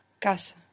casa